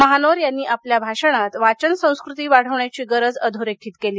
महानोर यांनी आपल्या भाषणात वाचन संस्कती वाढवण्याची गरज अधोरेखित केली